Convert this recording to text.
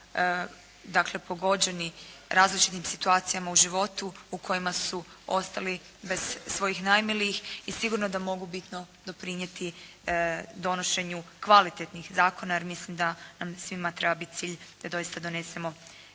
dakle pogođeni različitim situacijama u životu u kojima su ostali bez svojih najmilijih i sigurno da mogu bitno doprinijeti donošenju kvalitetnih zakona, jer mislim da nam svima treba biti cilj da doista donesemo